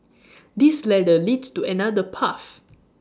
this ladder leads to another path